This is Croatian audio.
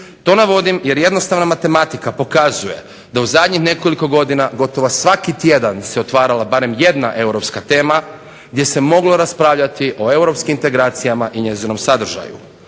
To navodim jer jednostavna matematika pokazuje da u zadnjih nekoliko godina gotovo svaki tjedan se otvarala barem jedna europska tema gdje se moglo raspravljati o europskim integracijama i njezinom sadržaju.